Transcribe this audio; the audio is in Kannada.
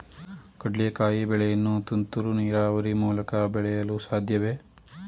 ಕಡ್ಲೆಕಾಯಿ ಬೆಳೆಯನ್ನು ತುಂತುರು ನೀರಾವರಿ ಮೂಲಕ ಬೆಳೆಯಲು ಸಾಧ್ಯವೇ?